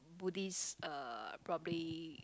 Buddhist uh probably